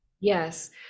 Yes